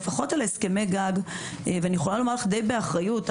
לפחות על הסכמי גג אני יכולה לומר לך די באחריות,